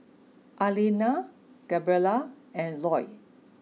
Arlena Gabriela and Lloyd